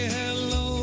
hello